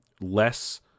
less